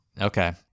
Okay